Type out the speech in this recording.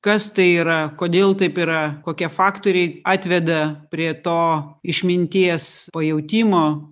kas tai yra kodėl taip yra kokie faktoriai atveda prie to išminties pajautimo